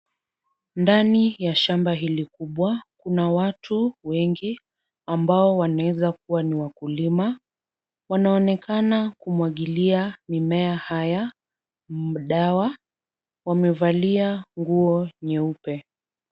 Ndani ya shamba hili kubwa, kuna watu wengi ambao wanaweza kuwa ni wakulima. Wanaonekana kumwagilia mimea haya dawa wamevalia nguo nyeupe.